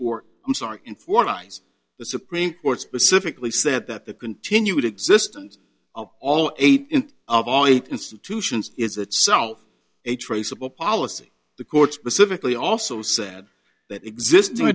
or i'm sorry in four eyes the supreme court specifically said that the continued existence of all eight of all it institutions is itself a traceable policy the court specifically also said that exist